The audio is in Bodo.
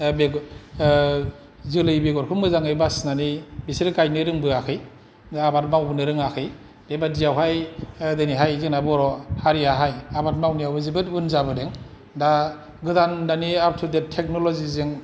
जोलै बेगरखौ मोजां बासिनानै बिसोरो गायनो रोंबोयाखै आबाद मावबोनो रोङाखै बेबादियावहाय दिनैहाय जोंना बर'हारियहाय आबाद मावनायाव बो जोबोत उन जाबोदों दा गोदान दानि आप टु देथ टेकनलजी जों